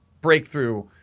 breakthrough